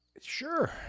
Sure